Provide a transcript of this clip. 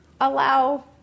allow